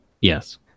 yes